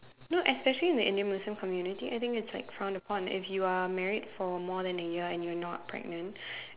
no especially in the Indian Muslim community I think it's like frowned upon if you are married for more than a year and you are not pregnant